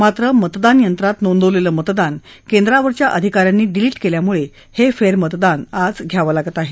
मात्र मतदान यंत्रात नोंदवलेलं मतदान केंद्रावरच्या अधिकाऱ्यांनी डिलीट केल्यामुळे हे फेरमतदान घ्यावं लागत आहे